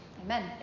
Amen